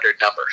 number